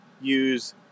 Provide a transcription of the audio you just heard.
use